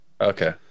Okay